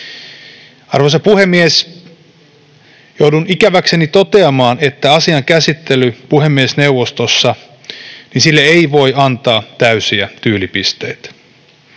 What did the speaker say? Arvoisa puhemies! Joudun ikäväkseni toteamaan, että asian käsittelylle puhemiesneuvostossa ei voi antaa täysiä tyylipisteitä.